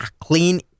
clean